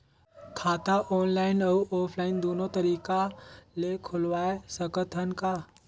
खाता ऑनलाइन अउ ऑफलाइन दुनो तरीका ले खोलवाय सकत हन का?